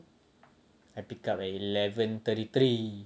I pick up at eleven thirty three